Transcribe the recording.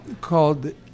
called